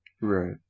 Right